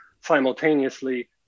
simultaneously